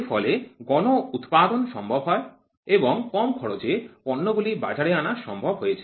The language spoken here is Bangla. এর ফলে গণ উৎপাদন সম্ভব হয়েছে এবং কম খরচে পণ্যগুলি বাজারে আনা সম্ভব হয়েছে